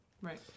Right